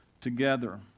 together